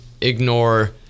ignore